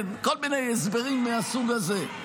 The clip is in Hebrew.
כל מיני הסברים מהסוג הזה.